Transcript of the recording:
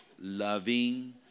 loving